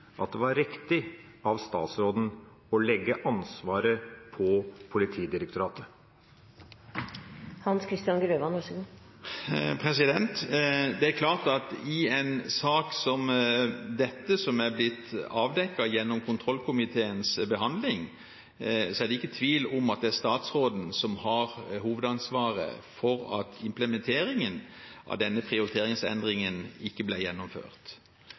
at det var riktig av statsråden å legge ansvaret på Politidirektoratet? Det er klart at i en sak som denne, som har blitt avdekket gjennom kontrollkomiteens behandling, er det ikke tvil om at det er statsråden som har hovedansvaret for at implementeringen av denne prioriteringsendringen ikke ble gjennomført.